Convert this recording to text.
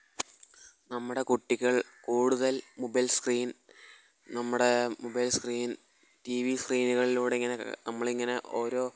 നമ്മുടെ കുട്ടികൾ കൂടുതൽ മൊബൈൽ സ്ക്രീൻ നമ്മുടെ മൊബൈൽ സ്ക്രീൻ ടി വി സ്ക്രീനുകളിലൂടിങ്ങനെ നമ്മളിങ്ങനെ ഓരോ